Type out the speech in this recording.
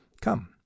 Come